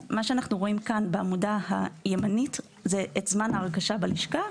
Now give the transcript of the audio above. מה שאנחנו רואים כאן בעמודה הימנית זה את זמן ההרכשה בלשכה,